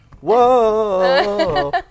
Whoa